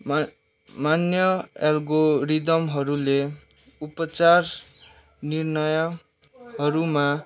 मा मान्य एल्गोरिदमहरूले उपचार निर्णयहरूमा